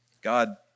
God